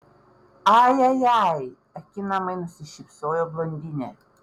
ai ai ai akinamai nusišypsojo blondinė